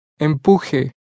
Empuje